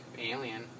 alien